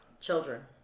Children